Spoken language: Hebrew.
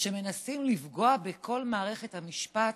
שמנסים לפגוע בכל מערכת המשפט,